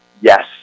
yes